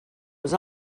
was